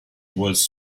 was